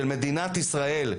של מדינת ישראל.